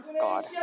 God